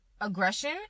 aggression